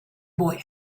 boy